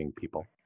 people